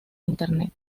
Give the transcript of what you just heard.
internet